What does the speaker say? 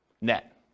net